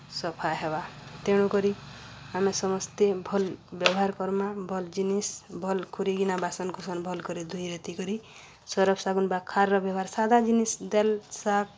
ସଫା ହେବା ତେଣୁକରି ଆମେ ସମସ୍ତେ ଭଲ୍ ବ୍ୟବହାର୍ କର୍ମା ଭଲ୍ ଜିନିଷ୍ ଭଲ୍ ଖୁରିଗିନା ବାସନ୍କୁସନ ଭଲ୍ କରି ଧୁଇ ରେତି କରି ସରଫ୍ ଶାଗୁନ୍ ବା ଖାର୍ର ବ୍ୟବହାର୍ ସାଧା ଜିନିଷ୍ ଦେଲ୍ ଶାଗ୍